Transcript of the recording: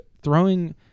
throwing